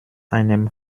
einem